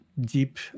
deep